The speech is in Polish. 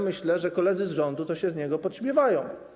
Myślę, że koledzy z rządu się z niego podśmiewają.